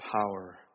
power